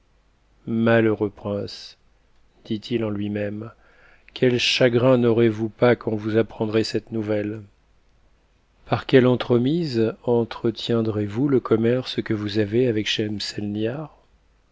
malheureux prince dit-il en lui-même quel chagrin n'aurez-vous pas quand vous apprendrez cette nouvelle par quelle entremise entretiendrez vous le commerce que vous avez avec